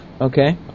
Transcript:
okay